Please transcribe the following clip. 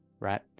Right